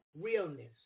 realness